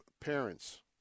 parents